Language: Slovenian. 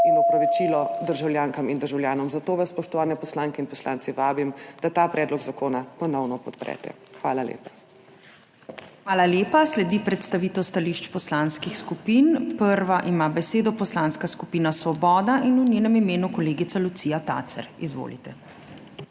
in opravičilo državljankam in državljanom. Zato vas, spoštovane poslanke in poslanci, vabim, da ta predlog zakona ponovno podprete. Hvala lepa. PREDSEDNICA MAG. URŠKA KLAKOČAR ZUPANČIČ: Hvala lepa. Sledi predstavitev stališč poslanskih skupin. Prva ima besedo Poslanska skupina Svoboda in v njenem imenu kolegica Lucija Tacer. Izvolite.